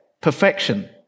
perfection